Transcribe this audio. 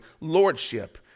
lordship